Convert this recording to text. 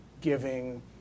giving